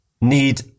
need